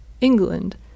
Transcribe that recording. England